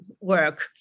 work